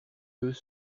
eux